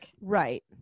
Right